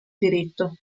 diritto